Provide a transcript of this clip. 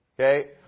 Okay